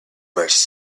must